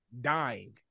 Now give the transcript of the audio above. dying